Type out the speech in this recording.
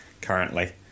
currently